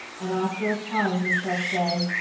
and after a time he shall say,